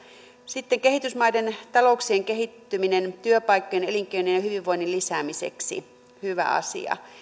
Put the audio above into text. sitten kehitysmaiden talouksien kehittyminen työpaikkojen elinkeinojen ja hyvinvoinnin lisäämiseksi hyvä asia